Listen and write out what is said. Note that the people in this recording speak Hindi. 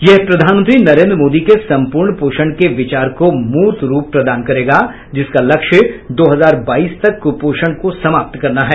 यह प्रधानमंत्री नरेंद्र मोदी के संपूर्ण पोषण के विचार को मूर्त रूप प्रदान करेगा जिसका लक्ष्य दो हजार बाईस तक कुपोषण को समाप्त करना है